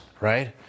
right